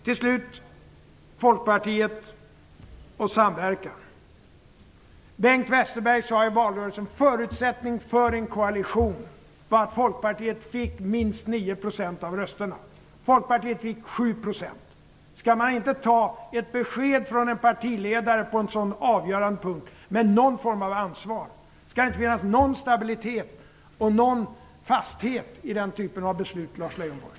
Till sist vill jag ta upp frågan om Folkpartiet och samverkan. Bengt Westerberg sade i valrörelsen att förutsättningen för en koalition var att Folkpartiet fick minst 9 % av rösterna. Folkpartiet fick 7 %. Skall inte en partiledare som kommer med ett sådant besked, på en så avgörande punkt, ta någon form av ansvar? Skall det inte finnas någon stabilitet och fasthet i den typen av beslut, Lars Leijonborg?